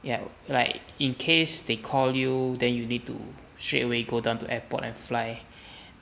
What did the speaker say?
ya like in case they call you then you need to straight away go down to airport and fly